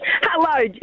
Hello